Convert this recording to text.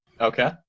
okay